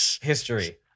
history